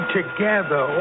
together